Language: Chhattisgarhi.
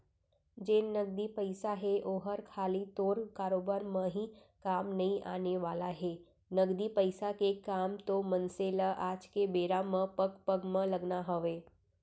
जेन नगदी पइसा हे ओहर खाली तोर कारोबार म ही काम नइ आने वाला हे, नगदी पइसा के काम तो मनसे ल आज के बेरा म पग पग म लगना हवय